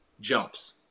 jumps